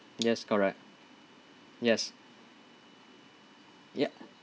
yes correct yes ya